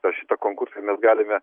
per šitą konkursą mes galime